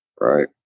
Right